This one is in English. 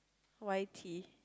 why tea